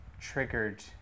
triggered